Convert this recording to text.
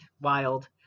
Wild